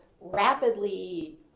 rapidly